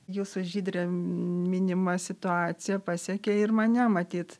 jūsų žydrę minima situacija pasekė ir mane matyt